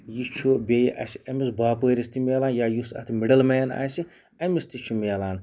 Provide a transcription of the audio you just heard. یہِ چھُ بییٚہِ اسہِ امِس باپٲرِس تہِ مِلان یا یُس اَتھ مِڈِل مین آسہِ امِس تہِ چھُ مِلان